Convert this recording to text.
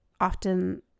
Often